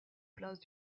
place